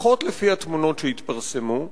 לפחות לפי התמונות שהתפרסמו,